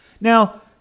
Now